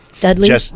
Dudley